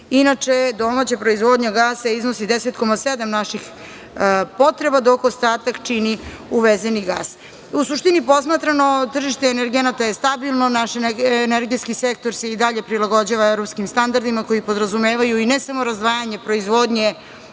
Inače, domaća proizvodnja gasa iznosi 10,7 naših potreba, dok ostatak čini uvezeni gas.U suštini posmatrano, tržište energenata je stabilno. Naš energetski sektor se i dalje prilagođava evropskim standardima koji podrazumevaju i ne samo razdvajanje proizvodnje